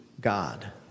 God